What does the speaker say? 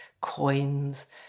coins